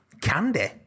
candy